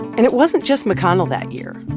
and it wasn't just mcconnell that year.